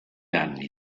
anni